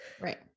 Right